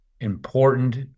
important